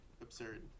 absurd